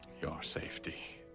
your safety.